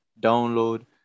download